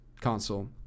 console